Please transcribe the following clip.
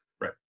right